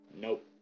Nope